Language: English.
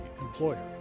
employer